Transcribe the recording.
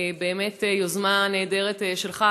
באמת יוזמה נהדרת שלך,